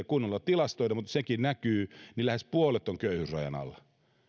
kunnolla tilastoitu mutta jotka näkyvät lähes puolet on köyhyysrajan alla